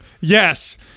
Yes